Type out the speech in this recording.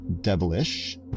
devilish